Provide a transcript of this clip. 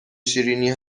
شیرینی